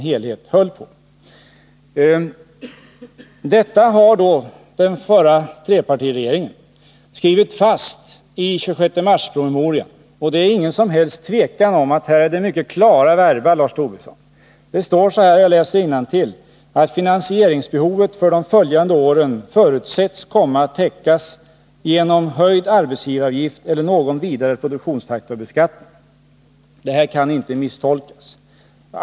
Det var också det förhandlingsförslaget trepartiregeringen skrev in i promemorian av den 26 mars. Det står så här: ”Finansieringsbehovet för de följande åren förutsätts kommma att täckas genom höjd arbetsgivaravgift eller någon vidare produktionsfaktorbeskattning.” — Det här kan inte misstolkas.